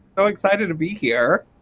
ah excited to be here.